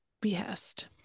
behest